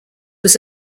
was